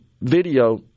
video